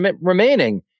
remaining